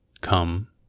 come